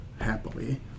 happily